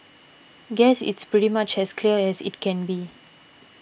guess it's pretty much as clear as it can be